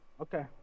Okay